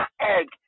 egg